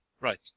right